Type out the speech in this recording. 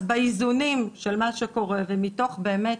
אז באיזונים של מה שקורה ומתוך באמת,